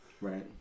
Right